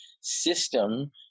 system